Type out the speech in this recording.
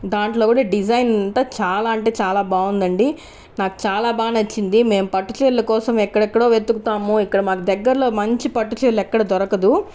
దాంట్లో కూడా డిజైన్ అంత చాలా అంటే చాలా బాగుందండి నాకు చాలా బాగా నచ్చింది మేం పట్టు చీరల కోసం ఎక్కడెక్కడో వెతుకుతాము ఇక్కడ మాకు దగ్గరలో మంచి పట్టు చీరలు ఎక్కడ దొరకదు